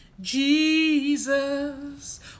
Jesus